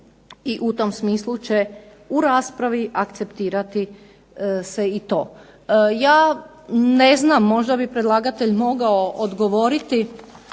I u tom smislu će u raspravi akceptirati se i to. Ja ne znam, možda bi predlagatelj mogao odgovoriti